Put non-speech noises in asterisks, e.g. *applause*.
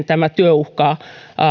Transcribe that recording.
*unintelligible* tämä työ uhkaa